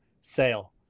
sale